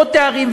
עוד תארים,